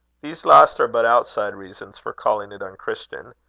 these last are but outside reasons for calling it unchristian.